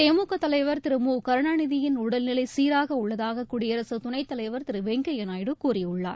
திமுக தலைவர் திரு மு கருணாநிதியின் உடல்நிலை சீராக உள்ளதாக குடியரசுத் துணைத் தலைவர் திரு வெங்கய்யா நாயுடு கூறியுள்ளார்